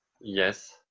yes